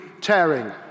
tearing